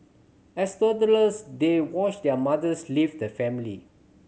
as toddlers they watched their mothers leave the family